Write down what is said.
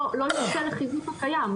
לא יוקצה לחיזוק הקיים.